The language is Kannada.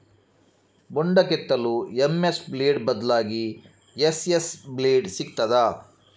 ಬೊಂಡ ಕೆತ್ತಲು ಎಂ.ಎಸ್ ಬ್ಲೇಡ್ ಬದ್ಲಾಗಿ ಎಸ್.ಎಸ್ ಬ್ಲೇಡ್ ಸಿಕ್ತಾದ?